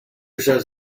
says